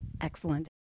Excellent